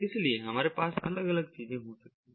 इसलिए हमारे पास अलग अलग चीजें हो सकती हैं